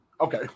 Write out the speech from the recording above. Okay